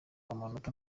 amanota